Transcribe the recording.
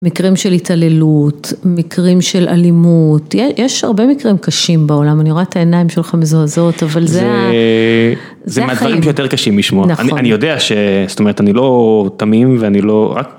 מקרים של התעללות, מקרים של אלימות, יש הרבה מקרים קשים בעולם, אני רואה את העיניים שלך מזועזעות, אבל זה... זה מהדברים שיותר קשים לשמוע, אני יודע ש... זאת אומרת, אני לא תמים ואני לא...